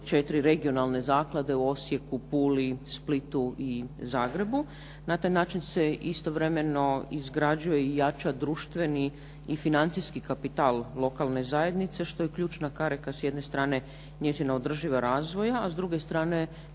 četiri regionalne zaklade u Osijeku, Puli, Splitu i Zagrebu. Na taj način se istovremeno izgrađuje i jača društveni i financijski kapital lokalne zajednice što je ključna karika sa jedne strane njezina održiva razvoja, a s druge strane